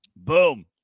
Boom